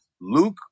Luke